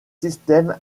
systèmes